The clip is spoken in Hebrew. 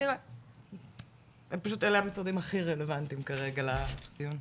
פשוט המשרדים הכי רלוונטיים כרגע לדיון.